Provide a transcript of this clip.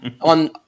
on